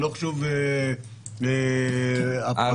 אה, לא.